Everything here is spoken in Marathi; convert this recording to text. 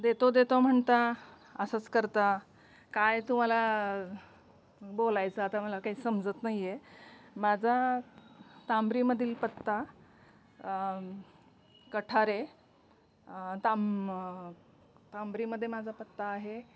देतो देतो म्हणता असंच करता काय तुम्हाला बोलायचं आता मला काही समजत नाही आहे माझा तांबरीमधील पत्ता कठारे ताम तांबरीमध्ये माझा पत्ता आहे